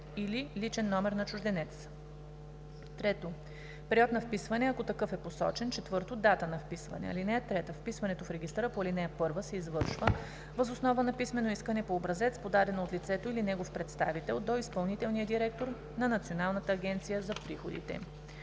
или личен номер на чужденец (ЛНЧ); 3. период на вписване, ако такъв е посочен; 4. дата на вписване. (3) Вписването в регистъра по ал. 1 се извършва въз основа на писмено искане по образец, подадено от лицето или негов представител до изпълнителния директор на Националната агенция за приходите.